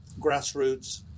grassroots